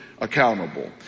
Accountable